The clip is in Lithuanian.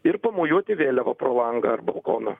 ir pamojuoti vėliava pro langą ar balkoną